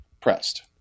pressed